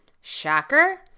Shocker